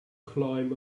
climb